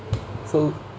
so